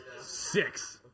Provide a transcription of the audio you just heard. Six